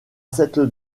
cette